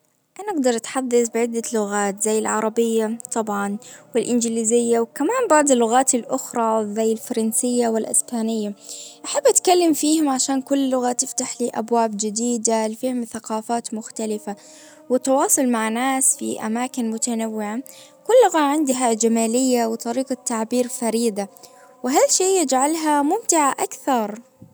أنا أجدر أتحدث بعدة لغات زي العربية طبعًا والانجليزية وكمان بعض اللغات الاخرى زي الفرنسية والاسبانية. احب اتكلم فيهم عشان كل لغة تفتح لي ابواب جديدة لفهم ثقفات مختلفة والتواصل مع ناس في اماكن متنوعة. كل لغة عندها جمالية وطريقة تعبير فريدة. وهلشي يجعلها ممتعة اكثر